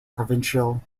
provincial